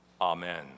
Amen